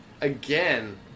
again